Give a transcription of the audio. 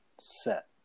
set